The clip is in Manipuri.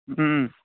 ꯎꯝ